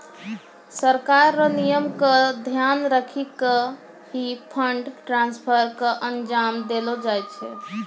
सरकार र नियम क ध्यान रखी क ही फंड ट्रांसफर क अंजाम देलो जाय छै